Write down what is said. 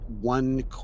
one